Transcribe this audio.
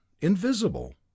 invisible